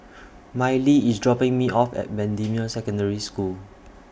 Mylie IS dropping Me off At Bendemeer Secondary School